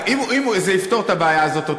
זה יפתור את הבעיה הזאת.